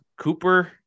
Cooper